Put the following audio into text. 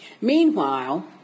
meanwhile